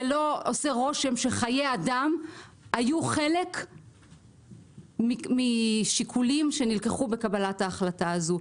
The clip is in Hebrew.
לא עושה רושם שחיי אדם היו חלק משיקולים שנלקחו בקבלת ההחלטה הזאת.